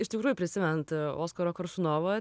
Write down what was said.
iš tikrųjų prisimenant oskarą koršunovą